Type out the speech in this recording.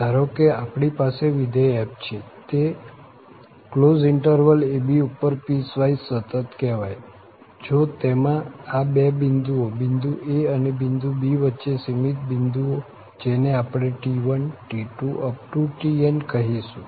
ધારો કે આપણી પાસે વિધેય f છે તે a b ઉપર પીસવાઈસ સતત કહેવાય જો તેમાં આ બે બિંદુઓ બિંદુ a અને બિંદુ b વચ્ચે સીમિત બિંદુઓ જેને આપણે t1t2tn કહીશું